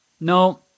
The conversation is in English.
No